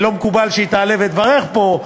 לא מקובל שהיא תעלה לברך פה,